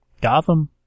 gotham